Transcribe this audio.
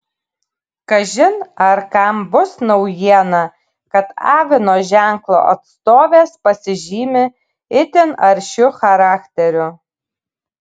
kažin ar kam bus naujiena kad avino ženklo atstovės pasižymi itin aršiu charakteriu